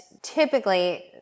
typically